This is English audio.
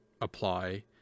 apply